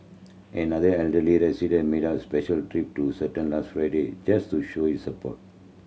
another elderly resident made a special trip to certain last just to show his support